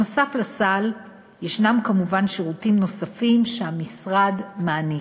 נוסף לסל ישנם כמובן שירותים נוספים שהמשרד מעניק: